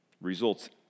results